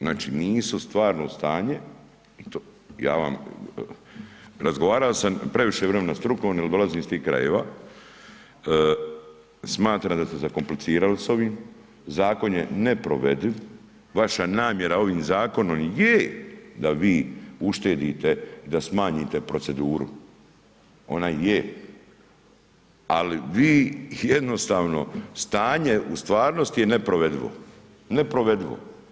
Znači nisu stvarno stanje, ja vam razgovarao sam previše vremena, strukovno, jer dolazim iz tih krajeva, smatram da ste zakomplicirali s ovim, zakon je neprovediv, vaša namjera ovim zakonom je da vi uštedite da smanjite proceduru, ona je ali vi ih jednostavno, stanje u stvarnosti je nepovredivo, nepovredivo.